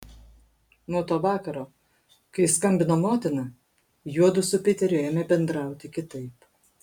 nuo to vakaro kai skambino motina juodu su piteriu ėmė bendrauti kitaip